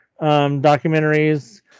documentaries